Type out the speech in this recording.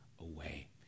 away